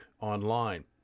online